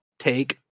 take